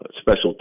Special